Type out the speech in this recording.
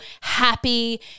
happy